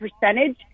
percentage